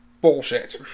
bullshit